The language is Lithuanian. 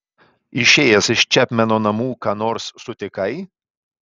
išėjęs iš čepmeno namų ką nors sutikai